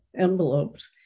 envelopes